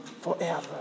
forever